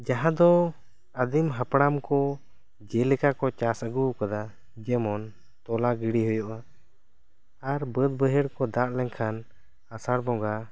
ᱡᱟᱦᱟᱸ ᱫᱚ ᱟᱹᱫᱤᱢ ᱦᱟᱯᱲᱟᱢ ᱠᱚ ᱡᱮᱞᱮᱠᱟ ᱠᱚ ᱪᱟᱥ ᱟᱹᱜᱩᱣ ᱟᱠᱟᱫᱟ ᱡᱮᱢᱚᱱ ᱛᱚᱞᱟ ᱜᱤᱲᱤ ᱦᱩᱭᱩᱜᱼᱟ ᱟᱨ ᱵᱟᱹᱫᱽ ᱵᱟᱹᱭᱦᱟᱹᱲ ᱠᱚ ᱫᱟᱜ ᱞᱮᱱ ᱠᱷᱟᱱ ᱟᱥᱟᱲ ᱵᱚᱸᱜᱟ